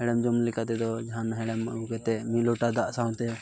ᱦᱮᱲᱮᱢ ᱡᱚᱢ ᱞᱮᱠᱟᱛᱮᱫᱚ ᱡᱟᱦᱟᱱᱟ ᱦᱮᱲᱮᱢ ᱟᱹᱜᱩ ᱠᱟᱛᱮ ᱢᱤᱫ ᱞᱚᱴᱟ ᱫᱟᱜ ᱥᱟᱶᱛᱮ